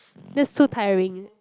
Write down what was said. that's too tiring